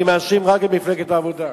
אני מאשים רק את מפלגת העבודה.